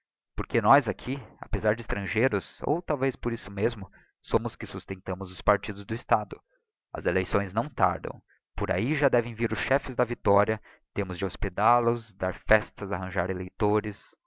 porque nós aqui apezar de extrangeiros ou talvez por isso mesmo somos os que sustentamos os partidos do estado as eleições não tardam por ahi já devem vir os chefes da victoria temos de hospedal os dar festas arranjar eleitores